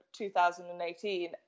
2018